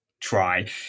Try